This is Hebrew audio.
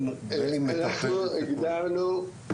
אנחנו הגדרנו,